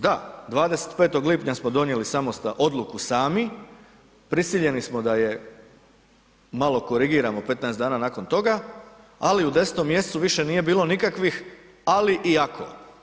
Da, 25. lipnja smo donijeli odluku sami, prisiljeni smo da je malo korigiramo 15 dana nakon toga, ali u 10. mj. više nije bilo nikakvih ali i ako.